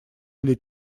или